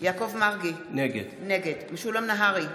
יעקב מרגי, נגד משולם נהרי,